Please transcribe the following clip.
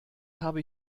habe